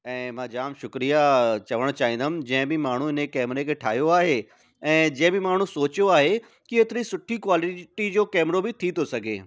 ऐं मां जामु शुक्रिया चवणु चाहींदुमि जंहिं बि माण्हूअ इन केमरे खे ठाहियो आहे ऐं जंहिं बि माण्हूअ सोचियो आहे की हेतिरी सुठी क्वालिटी जो केमिरो बि थी थो सघे